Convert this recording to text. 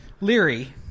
Leary